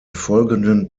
folgenden